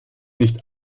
nicht